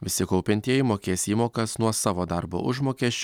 visi kaupiantieji mokės įmokas nuo savo darbo užmokesčio